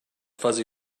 fuzzy